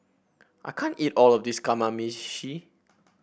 I can't eat all of this Kamameshi